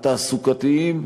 התעסוקתיים,